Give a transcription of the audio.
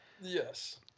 Yes